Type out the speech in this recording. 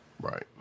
right